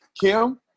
Kim